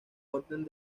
orden